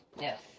Yes